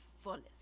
fullest